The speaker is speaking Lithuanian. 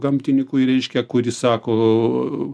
gamtininkui reiškia kuri sako